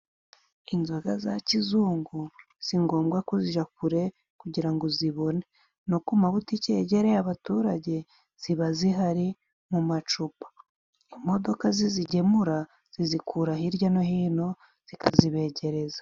Inzoga za kizungu sigombwa kuzija kure kugira ngo uzibone ,no ku mabutike yegereye abaturage ziba zihari mu macupa, imodoka zizigemura zizikura hirya no hino zikazibegereza.